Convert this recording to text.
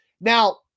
Now